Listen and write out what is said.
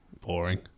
Boring